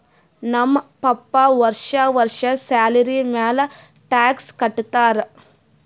ನಮ್ ಪಪ್ಪಾ ವರ್ಷಾ ವರ್ಷಾ ಸ್ಯಾಲರಿ ಮ್ಯಾಲ ಟ್ಯಾಕ್ಸ್ ಕಟ್ಟತ್ತಾರ